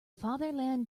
fatherland